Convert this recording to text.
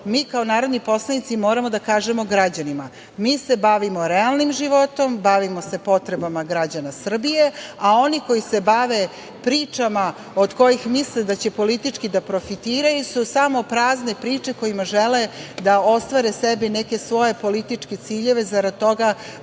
mi kao narodni poslanici moramo da kažemo građanima, mi se bavimo realnim životom, bavimo se potrebama građana Srbije, a oni koji se bave pričama od kojih misle da će politički da profitiraju su samo prazne priče kojima žele da ostvare sebi neke svoje političke ciljeve zarad toga